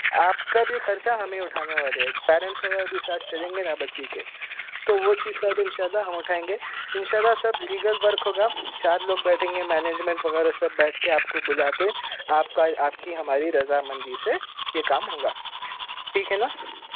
آپ کا بھی خرچہ ہمیں اٹھانے الے ہیں پیرنٹس وغیرہ بھی ساتھ چلیں گے نا بچی کے تو وہ چیز کا تو ان شاء اللہ اٹھائیں گے ان شاء اللہ سب لیگل ورک ہوگا چار لوگ بیٹھیں گے مینجمینٹ وغیرہ سب بیٹھ کے آپ کو بلا کے آپ کا آپ کی ہماری رضامندی سے یہ کام ہوں گا ٹھیک ہے نا